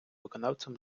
виконавцем